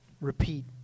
repeat